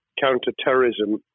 counter-terrorism